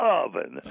oven